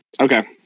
okay